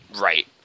Right